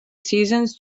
seasons